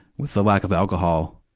with the lack of alcohol,